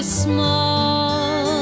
small